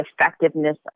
effectiveness